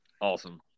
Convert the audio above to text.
Awesome